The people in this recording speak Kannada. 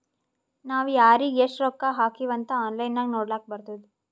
ನಾವ್ ಯಾರಿಗ್ ಎಷ್ಟ ರೊಕ್ಕಾ ಹಾಕಿವ್ ಅಂತ್ ಆನ್ಲೈನ್ ನಾಗ್ ನೋಡ್ಲಕ್ ಬರ್ತುದ್